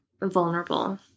vulnerable